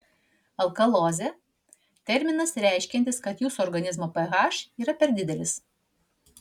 alkalozė terminas reiškiantis kad jūsų organizmo ph yra per didelis